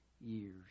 years